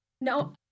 no